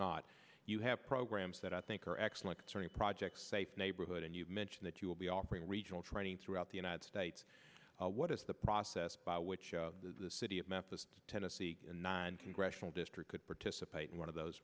not you have programs that i think are excellent concerning projects safe neighborhood and you mention that you will be offering regional training throughout the united states what is the process by which the city of memphis tennessee ninety gresham district could participate in one of those